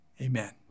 Amen